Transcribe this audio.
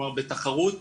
כלומר בתחרות